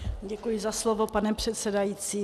Děkuji za slovo, pane předsedající.